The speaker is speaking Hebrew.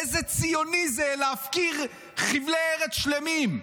איזה ציוני זה להפקיר חבלי ארץ שלמים.